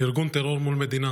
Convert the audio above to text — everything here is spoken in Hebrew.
ארגון טרור מול מדינה